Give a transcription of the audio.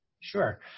Sure